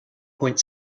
point